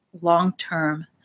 long-term